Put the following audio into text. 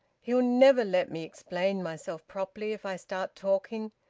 he'll never let me explain myself properly if i start talking.